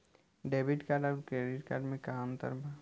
Debit card आउर credit card मे का अंतर बा?